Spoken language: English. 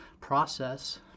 process